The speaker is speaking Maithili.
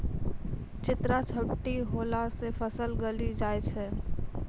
चित्रा झपटी होला से फसल गली जाय छै?